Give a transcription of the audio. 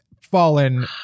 fallen